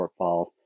shortfalls